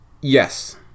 Yes